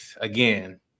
again